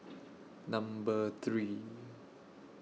Number three